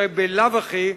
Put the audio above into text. הרי בלאו הכי,